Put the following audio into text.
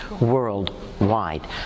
worldwide